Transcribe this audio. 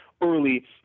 early